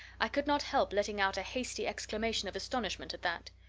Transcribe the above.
i could not help letting out a hasty exclamation of astonishment at that.